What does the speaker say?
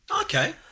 Okay